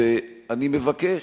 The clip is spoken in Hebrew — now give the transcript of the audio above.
ואני מבקש